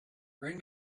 bring